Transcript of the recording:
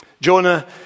Jonah